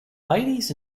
ladies